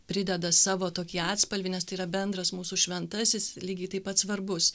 prideda savo tokį atspalvį nes tai yra bendras mūsų šventasis lygiai taip pat svarbus